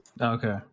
okay